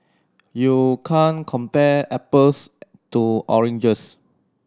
you can't compare apples to oranges